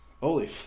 Holy